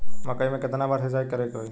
मकई में केतना बार सिंचाई करे के होई?